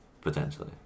potentially